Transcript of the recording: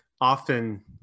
often